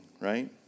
Right